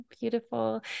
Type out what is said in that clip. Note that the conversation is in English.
beautiful